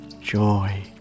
joy